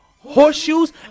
Horseshoes